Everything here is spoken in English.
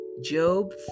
Job